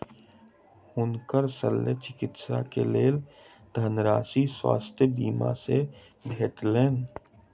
हुनकर शल्य चिकित्सा के लेल धनराशि स्वास्थ्य बीमा से भेटलैन